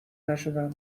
نشدم